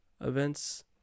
events